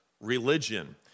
religion